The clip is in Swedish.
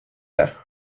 det